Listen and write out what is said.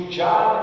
job